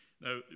Now